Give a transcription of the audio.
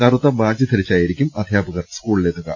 കറുത്ത ബാഡ്ജ് ധരിച്ചായിരിക്കും അധ്യാ പകർ സ്കൂളിലെത്തുക